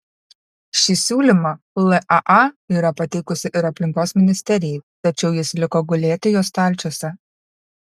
šį siūlymą laa yra pateikusi ir aplinkos ministerijai tačiau jis liko gulėti jos stalčiuose